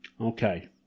okay